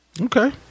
Okay